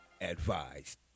advised